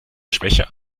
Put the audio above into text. schwäche